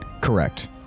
Correct